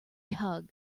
hug